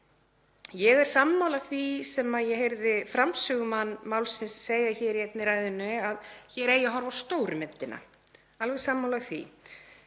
Ég er sammála því sem ég heyrði framsögumann málsins segja hér í einni ræðunni, að það eigi að horfa á stóru myndina. Í samhengi við